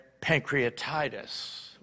pancreatitis